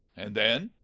and then?